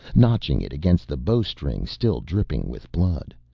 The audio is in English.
notching it against the bowstring still dripping with blood.